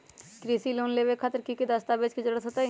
कृषि लोन लेबे खातिर की की दस्तावेज के जरूरत होतई?